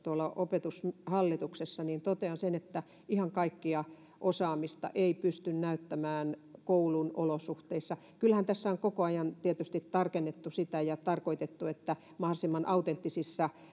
opetushallituksessa että ihan kaikkea osaamista ei pysty näyttämään koulun olosuhteissa kyllähän tässä on koko ajan tietysti tarkennettu sitä ja tarkoitettu että mahdollisimman autenttisissa